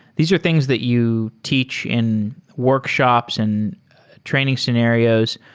these are things that you teach in workshops and training scenarios.